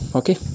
okay